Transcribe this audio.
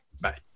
Bye